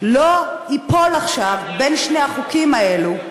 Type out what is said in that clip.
לא ייפול עכשיו בין שני החוקים האלו.